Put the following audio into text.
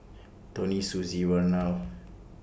Toni Susie and Vernal